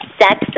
sex